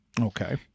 Okay